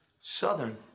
Southern